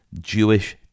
Jewish